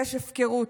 יש הפקרות,